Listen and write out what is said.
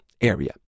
area